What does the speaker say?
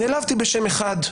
נעלבתי בשם אחד,